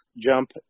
jump